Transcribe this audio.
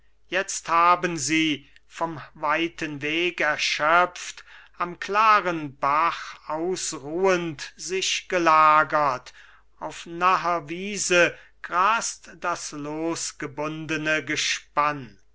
jetzt haben sie vom weiten weg erschöpft am klaren bach ausruhend sich gelagert auf naher wiese grast das losgebundene gespann